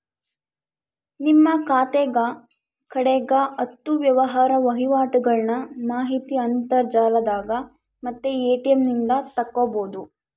ನಿಮ್ಮ ಖಾತೆಗ ಕಡೆಗ ಹತ್ತು ವ್ಯವಹಾರ ವಹಿವಾಟುಗಳ್ನ ಮಾಹಿತಿ ಅಂತರ್ಜಾಲದಾಗ ಮತ್ತೆ ಎ.ಟಿ.ಎಂ ನಿಂದ ತಕ್ಕಬೊದು